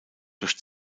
durch